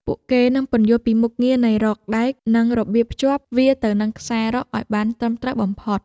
ពួកគេនឹងពន្យល់ពីមុខងារនៃរ៉កដែក និងរបៀបភ្ជាប់វាទៅនឹងខ្សែរ៉កឱ្យបានត្រឹមត្រូវបំផុត។